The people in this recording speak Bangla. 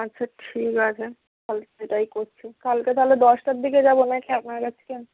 আচ্ছা ঠিক আছে তাই করছি কালকে তাহলে দশটার দিকে যাব না কি আপনার কাছকে